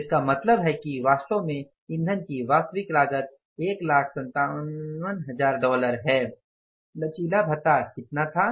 तो इसका मतलब है कि वास्तव में ईंधन की वास्तविक लागत 157000 डॉलर है लचीला भत्ता कितना था